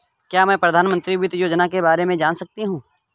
क्या मैं प्रधानमंत्री वित्त योजना के बारे में जान सकती हूँ?